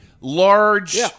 large